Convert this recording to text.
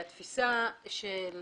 התפיסה של